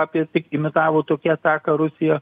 apie tik imitavo tokią ataką rusija